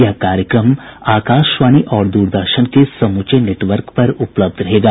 यह कार्यक्रम आकाशवाणी और द्रदर्शन के समूचे नेटवर्क पर उपलब्ध रहेगा